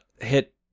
hit